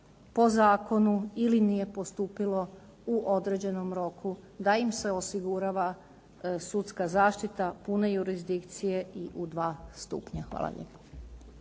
po zakonu ili nije postupilo u određenom roku, da im se osigurava sudska zaštita pune jurisdikcije i u dva stupnja. Hvala lijepo.